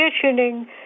conditioning